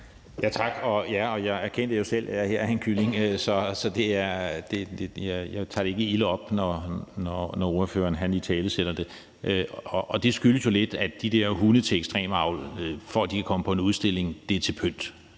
Tak. Jeg erkendte jo selv, at jeg er en kylling. Så jeg tager det ikke ilde op, når ordføreren italesætter det. Det skyldes jo lidt, at de der hunde bliver ekstremt avlet, for at de kan komme på en udstilling. Det er til pynt.